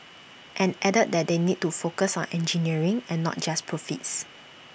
and added that they need to focus on engineering and not just profits